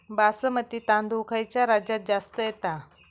बासमती तांदूळ खयच्या राज्यात जास्त येता?